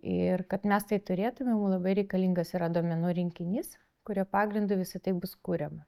ir kad mes tai turėtume mum labai reikalingas yra duomenų rinkinys kurio pagrindu visa tai bus kuriama